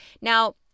Now